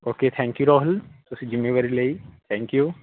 okay thank you Rahul ਤੁਸੀਂ ਜਿੰਮੇਵਾਰੀ ਲਈ ਥੈਂਕ ਯੂ